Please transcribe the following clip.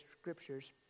scriptures